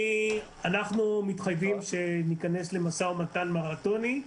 אנחנו מתחייבים להיכנס למשא ומתן מרתוני,